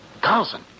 Carlson